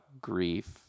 grief